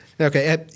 Okay